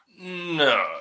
No